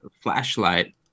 flashlight